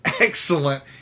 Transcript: excellent